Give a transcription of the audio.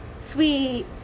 sweet